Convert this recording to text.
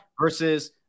versus